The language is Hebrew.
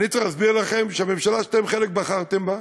ואני צריך להסביר לכם שהממשלה, שחלק מכם בחר בה,